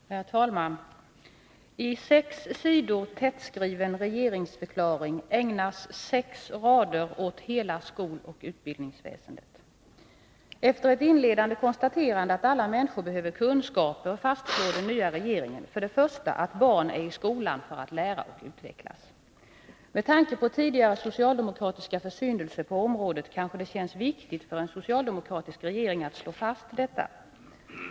Herr talman! I sex sidor tättskriven regeringsförklaring ägnas sex rader åt hela skoloch utbildningsväsendet. Efter ett inledande konstaterande att alla människor behöver kunskaper fastslår den nya regeringen att barn är i skolan för att lära och utvecklas. Med tanke på tidigare socialdemokratiska försyndelser på området kanske det känns viktigt för en socialdemokratisk regering att slå fast detta.